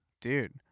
Dude